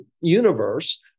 universe